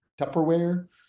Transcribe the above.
Tupperware